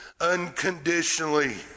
unconditionally